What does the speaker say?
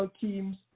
teams